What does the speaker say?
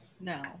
No